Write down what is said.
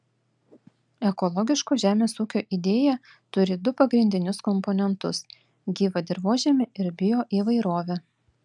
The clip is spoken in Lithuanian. ekologiško žemės ūkio idėja turi du pagrindinius komponentus gyvą dirvožemį ir bioįvairovę